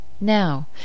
Now